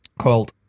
called